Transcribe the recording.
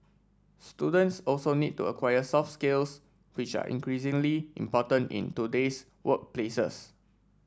students also need to acquire soft skills which are increasingly important in today's workplaces